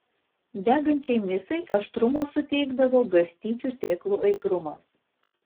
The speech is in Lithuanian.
degančiai misai aštrumo suteikdavo garstyčių sėklų aitrumas